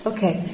Okay